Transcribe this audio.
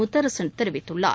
முத்தரசன் தெரிவித்துள்ளார்